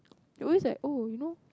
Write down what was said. you are always like oh you know